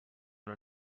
una